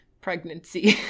pregnancy